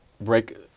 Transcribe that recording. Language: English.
break